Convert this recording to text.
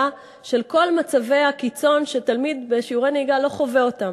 של כל מצבי הקיצון שתלמיד בשיעורי נהיגה לא חווה אותם.